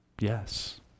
Yes